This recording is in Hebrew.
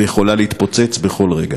ויכולה להתפוצץ בכל רגע.